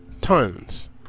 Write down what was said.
tons